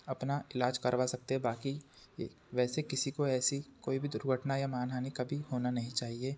अपना इलाज करवा सकते हैं बाकी ये वैसे किसी को ऐसी कोई भी दुर्घटना या मानहानि कभी होना नहीं चाहिए